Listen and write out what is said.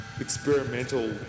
experimental